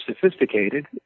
sophisticated